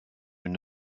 une